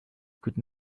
could